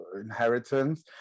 inheritance